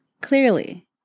clearly